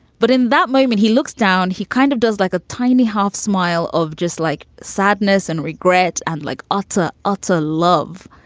but in that moment, he looks down. he kind of does like a tiny half smile of just like sadness and regret and like utter, utter love.